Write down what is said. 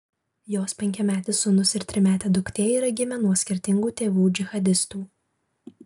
jos penkiametis sūnus ir trimetė duktė yra gimę nuo skirtingų tėvų džihadistų